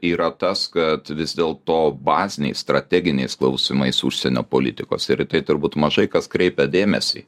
yra tas kad vis dėlto baziniais strateginiais klausimais užsienio politikos ir į tai turbūt mažai kas kreipia dėmesį